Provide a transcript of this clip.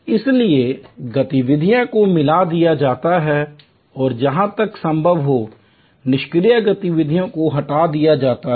इसलिए गतिविधियों को मिला दिया जाता है और जहां तक संभव हो निष्क्रिय गतिविधियों को हटा दिया जाता है